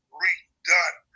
redone